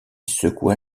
secoua